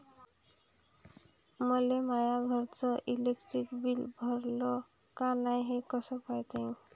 मले माया घरचं इलेक्ट्रिक बिल भरलं का नाय, हे कस पायता येईन?